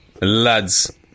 Lads